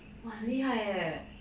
!wah! 很厉害 eh